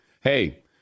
Hey